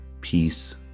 peace